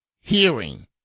hearing